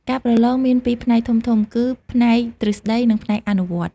ការប្រឡងមានពីរផ្នែកធំៗ គឺផ្នែកទ្រឹស្តី និងផ្នែកអនុវត្ត។